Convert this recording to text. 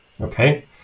okay